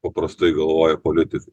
paprastai galvoja politikai